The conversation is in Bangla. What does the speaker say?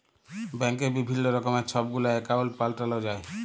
ব্যাংকে বিভিল্ল্য রকমের ছব গুলা একাউল্ট পাল্টাল যায়